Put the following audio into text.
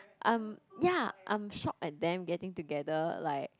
I'm ya I'm shocked at them getting together like